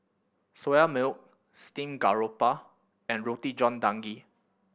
Soya Milk steamed garoupa and Roti John Daging